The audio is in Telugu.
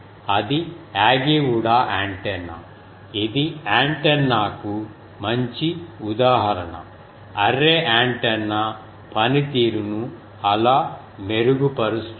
అది యాగి ఉడా యాంటెన్నా ఇది యాంటెన్నాకు మంచి ఉదాహరణ అర్రే యాంటెన్నా పనితీరును అలా మెరుగుపరుస్తుంది